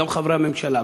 גם חברי הממשלה,